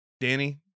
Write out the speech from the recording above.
Danny